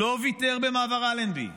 לא ויתר במעבר אלנבי,